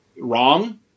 wrong